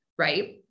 right